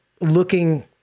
looking